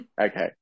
okay